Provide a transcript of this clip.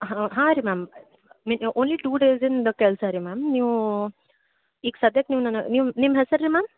ಹಾಂ ಹಾಂ ರೀ ಮ್ಯಾಮ್ ಮಿನ್ ಓನ್ಲಿ ಟೂ ಡೇಸಿಂದು ಕೆಲಸ ರೀ ಮ್ಯಾಮ್ ನೀವೂ ಈಗ ಸದ್ಯಕ್ಕೆ ನೀವು ನನಗೆ ನೀವು ನಿಮ್ಮ ಹೆಸ್ರು ರೀ ಮ್ಯಾಮ್